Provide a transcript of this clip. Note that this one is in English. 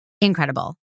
incredible